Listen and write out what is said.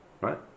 right